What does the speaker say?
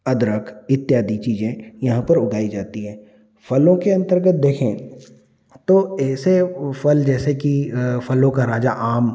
अदरक इत्यादि चीजें यहाँ पर उगाई जाती हैं फलों के अंतर्गत देखें तो ऐसे फ़ल जैसे कि फ़लों का राजा आम